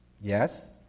Yes